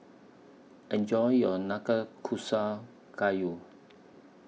Enjoy your Nanakusa Gayu